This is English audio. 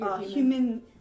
human